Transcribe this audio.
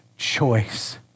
choice